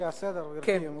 לפי הסדר, גברתי.